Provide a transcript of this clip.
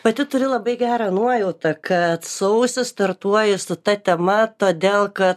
pati turiu labai gerą nuojautą kad sausis startuoja su ta tema todėl kad